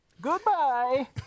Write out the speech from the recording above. Goodbye